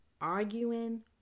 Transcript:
arguing